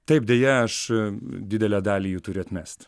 taip deja aš didelę dalį jų turiu atmest